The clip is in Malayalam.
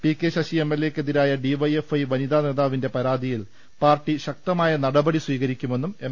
P K Sasi M L A യ്ക്കെതിരായ ഡി വൈ എഫ് വൈ വനിതാ നേതാവിന്റെ പരാതിയിൽ പാർട്ടി ശക്തമായ നടപടി സ്വീകരിക്കുമെന്നും എം